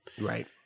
Right